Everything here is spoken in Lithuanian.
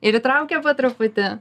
ir įtraukia po truputį